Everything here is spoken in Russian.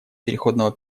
переходного